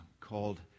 called